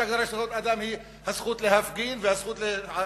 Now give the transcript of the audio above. שההגדרה של זכויות אדם היא הזכות להפגין והזכות להתארגן,